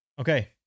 Okay